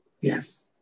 Yes